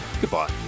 Goodbye